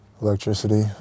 Electricity